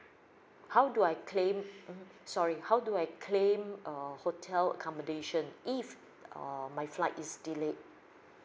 how do I claim mmhmm sorry how do I claim err hotel accommodation if err my flight is delayed